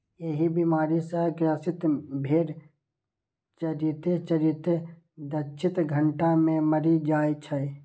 एहि बीमारी सं ग्रसित भेड़ चरिते चरिते छत्तीस घंटा मे मरि जाइ छै